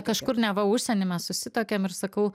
kažkur neva užsieny mes susituokėm ir sakau